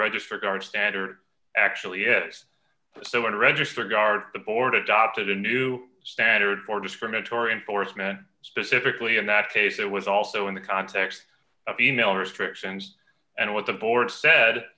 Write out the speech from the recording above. register guard standard actually is so in register guards the board adopted a new standard for discriminatory enforcement specifically in that case it was also in the context of the male restrictions and what the board said